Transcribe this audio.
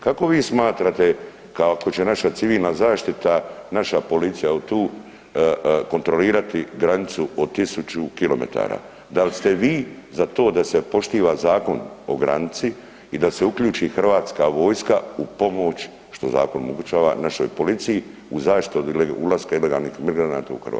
Kako vi smatrate kako će naša civilna zaštita, naša policija evo tu kontrolirati granicu od 1000 km, da li ste vi za to da se poštiva zakon o granici i da se uključi Hrvatska vojska u pomoć što zakon omogućava našoj policiji u zaštiti od ulaska ilegalnih migranata u Hrvatsku?